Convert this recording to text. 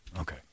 okay